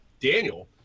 Daniel